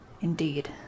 Indeed